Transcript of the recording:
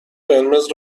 قرمز